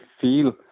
feel